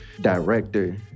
director